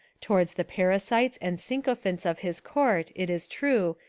towards the parasites and sycophants of his court, it is true,